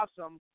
awesome